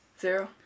Zero